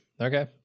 Okay